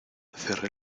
cerré